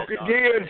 again